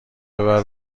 ببره